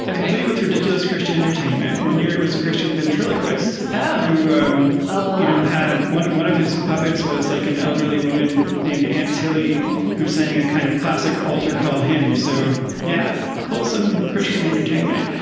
ah complete with ridiculous christian entertainment. one year it was christian ventriloquist's who um lello lello had won. one of his puppets was like an elderly woman named aunt tillie who sang a kind of classic altar call him. so yeah, wholesome christian entertainment.